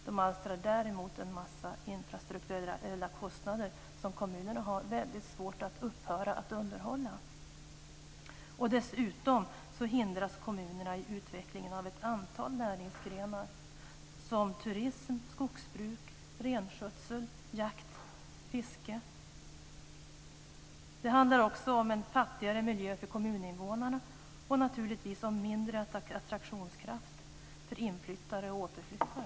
Den alstrar däremot en massa infrastrukturella kostnader, och kommunerna har väldigt svårt att upphöra att underhålla detta. Dessutom hindras kommunerna i utvecklingen av ett antal näringsgrenar som turism, skogsbruk, renskötsel, jakt och fiske. Det handlar också om en fattigare miljö för kommuninvånarna och naturligtvis om mindre attraktionskraft för inflyttade och återflyttade.